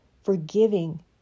Forgiving